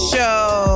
Show